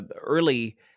early